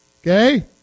Okay